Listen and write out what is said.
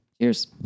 cheers